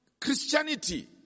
Christianity